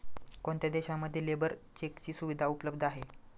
कोणत्या देशांमध्ये लेबर चेकची सुविधा उपलब्ध आहे?